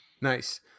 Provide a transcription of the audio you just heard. Nice